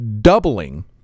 doubling